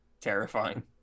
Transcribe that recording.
terrifying